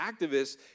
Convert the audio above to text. activists